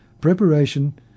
preparation